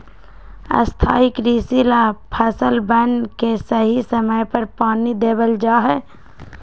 स्थाई कृषि ला फसलवन के सही समय पर पानी देवल जा हई